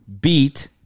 beat